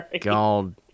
God